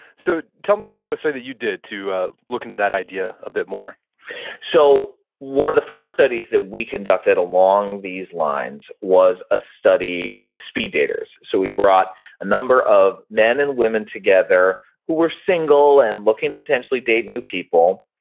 so tell me about a story that you did to look into that idea a bit more so one of the first studies that we conducted along these lines was a study with speed daters. so, we brought a number of men and women together who were single and looking to potentially date new people,